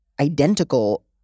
identical